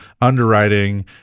underwriting